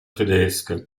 tedesche